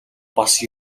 бас